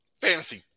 fantasy